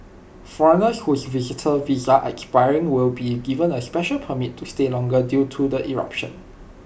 foreigners whose visitor visa are expiring will be given A special permit to stay longer due to the eruption